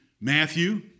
Matthew